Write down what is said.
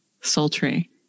sultry